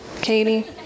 Katie